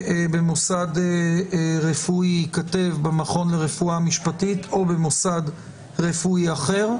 "במוסד רפואי" ייכתב "במכון לרפואה משפטית או במוסד רפואי אחר".